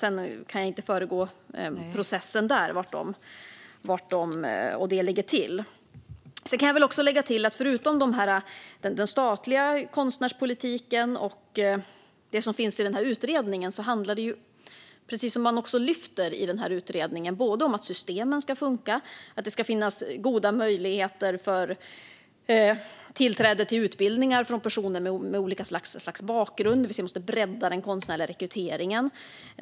Sedan kan jag inte föregripa den processen. Jag kan också lägga till att förutom den statliga konstnärspolitiken och det som finns i denna utredning handlar det om, precis som lyfts fram i utredningen, att systemen ska funka och att det ska finnas goda möjligheter för tillträde till utbildningar för personer med olika slags bakgrund, det vill säga att vi måste bredda den konstnärliga rekryteringen.